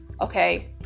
Okay